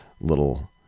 little